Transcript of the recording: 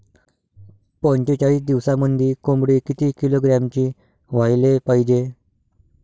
पंचेचाळीस दिवसामंदी कोंबडी किती किलोग्रॅमची व्हायले पाहीजे?